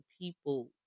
people